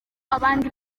abandi